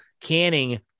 canning